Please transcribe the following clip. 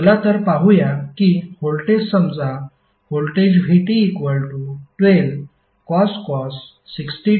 चला तर पाहूया की व्होल्टेज समजा व्होल्टेज vt12cos 60t45° 0